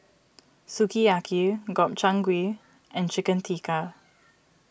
Sukiyaki Gobchang Gui and Chicken Tikka